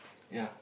ya